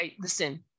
listen